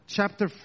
chapter